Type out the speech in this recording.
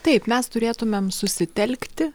taip mes turėtumėm susitelkti